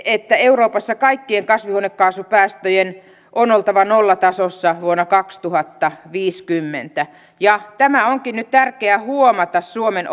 että euroopassa kaikkien kasvihuonekaasupäästöjen on oltava nollatasossa vuonna kaksituhattaviisikymmentä tämä onkin nyt tärkeää huomata suomen